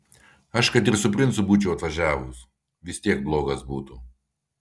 aš kad ir su princu būčiau atvažiavus vis tiek blogas būtų